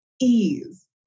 ease